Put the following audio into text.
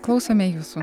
klausome jūsų